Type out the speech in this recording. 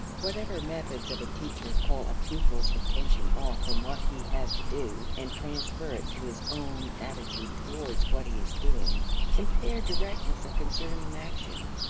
whatever methods of a teacher call a pupil's attention off from what he has to do and transfer it to his own attitude towards what he is doing impair directness of concern and action.